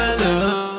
love